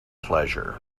pleasure